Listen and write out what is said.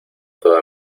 toda